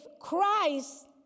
Christ